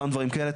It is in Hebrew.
אותם דברים כאלה,